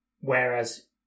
whereas